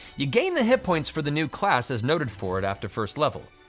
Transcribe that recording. you gain the hit points for the new class as noted for it after first level,